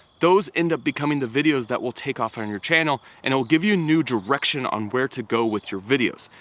those end up becoming the videos that will take off on your channel, and it will give you a new direction on where to go with your videos.